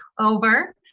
over